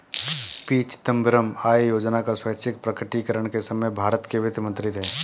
P Chidambaram आय योजना का स्वैच्छिक प्रकटीकरण के समय भारत के वित्त मंत्री थे